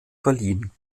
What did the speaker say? verliehen